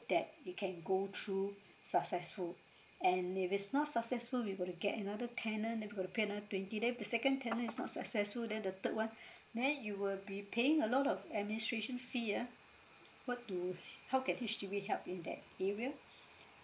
that you can go through successful and if it's not successful we got to get another tenant then we got to pay another twenty then if the second tenant is not successful then the third one then you will be paying a lot of administration fee ah what do how can H_D_B help in that area